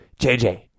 JJ